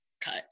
cut